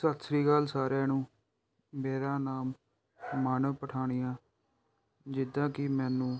ਸਤਿ ਸ਼੍ਰੀ ਅਕਾਲ ਸਾਰਿਆਂ ਨੂੰ ਮੇਰਾ ਨਾਮ ਮਾਨਵ ਪਠਾਨੀਆ ਜਿੱਦਾਂ ਕਿ ਮੈਨੂੰ